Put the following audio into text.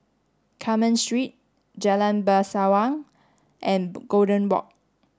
Carmen Street Jalan Bangsawan and Golden Walk